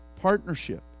partnership